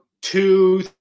two